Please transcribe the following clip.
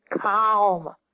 calm